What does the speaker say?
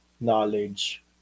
knowledge